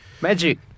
Magic